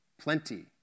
Plenty